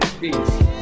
peace